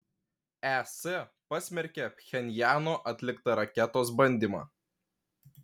es pasmerkė pchenjano atliktą raketos bandymą